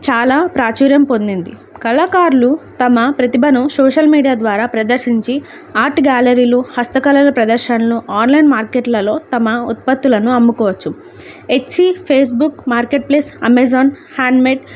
చాలా ప్రాచుర్యం పొందింది కళాకారులు తమ ప్రతిభను సోషల్ మీడియా ద్వారా ప్రదర్శించి ఆర్ట్ గ్యాలరీలు హస్తకళల ప్రదర్శనలు ఆన్లైన్ మార్కెట్లలో తమ ఉత్పత్తులను అమ్ముకోవచ్చు Etsy Facebook marketplace Amazon handmade